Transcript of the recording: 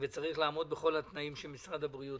צריך לעמוד בכל התנאים של משרד הבריאות